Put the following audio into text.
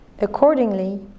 Accordingly